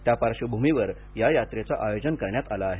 त्या पार्श्वभूमीवर या यात्रेचं आयोजन करण्यात आलं आहे